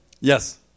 Yes